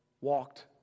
walked